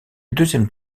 deuxième